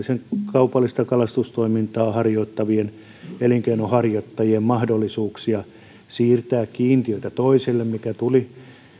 kaupallista kalastustoimintaa harjoittavien elinkeinonharjoittajien mahdollisuuksia siirtää kiintiöitä toiselle mikä mahdollisuus tuli